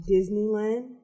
Disneyland